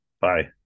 bye